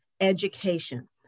education